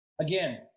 Again